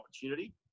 opportunity